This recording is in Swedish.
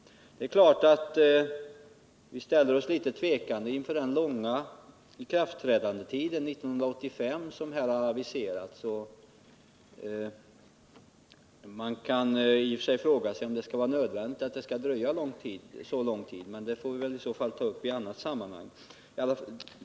Det är klart att vi är litet tveksamma inför den långa ikraftträdandetid som har aviserats. Man kan i och för sig fråga sig om det skall vara nödvändigt att dröja så länge som till 1985. Men den saken får vi väl i så fall ta upp i annat sammanhang.